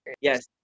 Yes